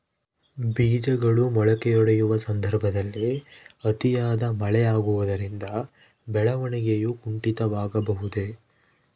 ಬೇಜಗಳು ಮೊಳಕೆಯೊಡೆಯುವ ಸಂದರ್ಭದಲ್ಲಿ ಅತಿಯಾದ ಮಳೆ ಆಗುವುದರಿಂದ ಬೆಳವಣಿಗೆಯು ಕುಂಠಿತವಾಗುವುದೆ?